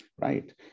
right